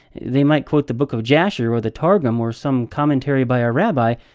they might quote the book of jasher, or the targum, or some commentary by a rabbi,